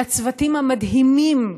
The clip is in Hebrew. לצוותים המדהימים,